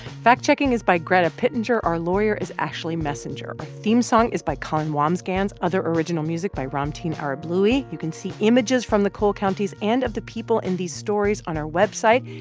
fact checking is by greta pittenger. our lawyer is ashley messenger. our theme song is by colin wambsgans, other original music by ramtin ah arablouei. you can see images from the coal counties and of the people in these stories on our website,